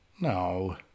No